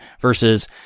Versus